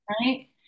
right